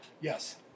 Yes